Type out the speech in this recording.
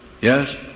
Yes